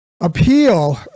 appeal